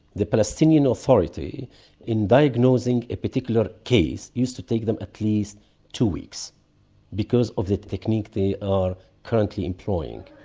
the palestinian authority in diagnosing a particular case used to take them at least two weeks because of the technique they are currently employing.